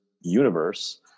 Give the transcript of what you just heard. universe